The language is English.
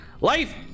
life